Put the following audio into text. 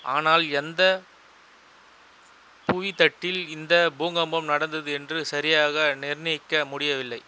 ஆனால் எந்த புவித் தட்டில் இந்த பூகம்பம் நடந்தது என்று சரியாக நிர்ணயிக்க முடியவில்லை